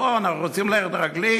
לא, אנחנו רוצים ללכת רגלי,